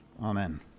Amen